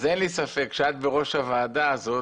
אז אין לי ספק שאת בראש הוועדה הזאת